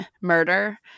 murder